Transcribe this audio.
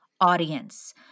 audience